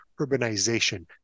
urbanization